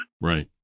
Right